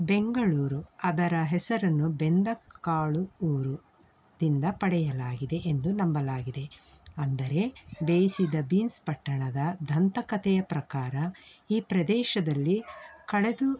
ಬೆಂಗಳೂರು ಅದರ ಹೆಸರನ್ನು ಬೆಂದಕಾಳು ಊರುದಿಂದ ಪಡೆಯಲಾಗಿದೆ ಎಂದು ನಂಬಲಾಗಿದೆ ಅಂದರೆ ಬೇಯಿಸಿದ ಬೀನ್ಸ್ ಪಟ್ಟಣದ ದಂತಕತೆಯ ಪ್ರಕಾರ ಈ ಪ್ರದೇಶದಲ್ಲಿ ಕಳೆದು